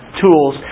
tools